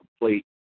complete